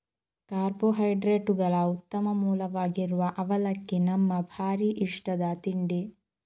ಕಾರ್ಬೋಹೈಡ್ರೇಟುಗಳ ಉತ್ತಮ ಮೂಲವಾಗಿರುವ ಅವಲಕ್ಕಿ ನಮ್ಮ ಭಾರೀ ಇಷ್ಟದ ತಿಂಡಿ